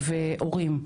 והורים.